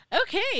okay